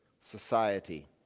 society